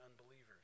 unbelievers